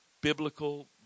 biblical